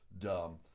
dumb